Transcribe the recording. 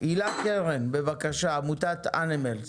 ישבו עם אותם אנשים,